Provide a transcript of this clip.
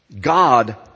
God